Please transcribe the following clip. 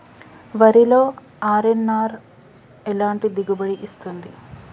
వరిలో అర్.ఎన్.ఆర్ ఎలాంటి దిగుబడి ఇస్తుంది?